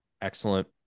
Excellent